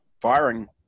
firing